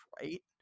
right